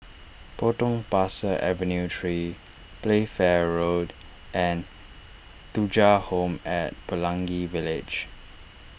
Potong Pasir Avenue three Playfair Road and Thuja Home at Pelangi Village